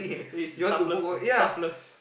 eh is tough love tough love